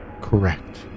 correct